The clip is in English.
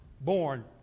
born